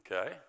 okay